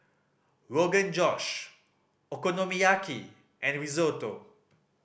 Rogan Josh Okonomiyaki and Risotto